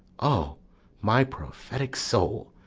o my prophetic soul!